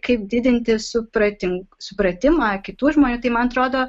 kaip didinti supratimą supratimą kitų žmonių tai man atrodo